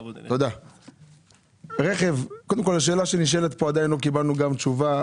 קודם כל השאלה שנשאלת פה עדיין לא קיבלנו גם תשובה,